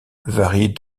varie